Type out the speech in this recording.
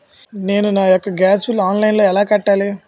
నేను నా యెక్క గ్యాస్ బిల్లు ఆన్లైన్లో ఎలా కట్టాలి?